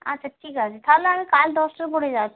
আচ্ছা ঠিক আছে থালে আমি কাল দশটার পরে যাচ্ছি